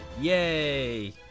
Yay